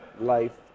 life